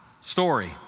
story